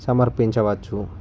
సమర్పించవచ్చు